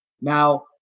Now